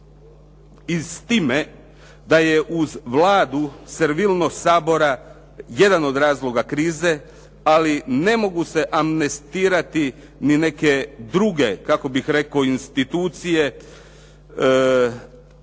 i s time da je uz Vladu, servilnost Sabora jedan od razloga krize, ali ne mogu se amnestirati ni neke druge institucije